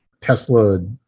Tesla